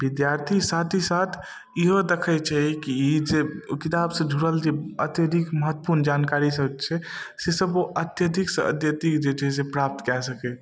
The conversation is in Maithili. विद्यार्थी साथ ही साथ इहो देखै छै की ई जे ओ किताबसँ जुड़ल जे अत्यधिक महत्वपूर्ण जानकारी सब छै से सब ओ अत्यधिकसँ अत्यधिक जे छै से प्राप्त कए सकै